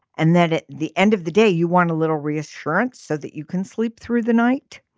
and then at the end of the day you want a little reassurance so that you can sleep through the night.